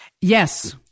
Yes